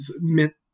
meant